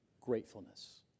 gratefulness